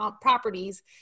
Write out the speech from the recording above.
properties